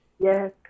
Yes